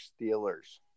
Steelers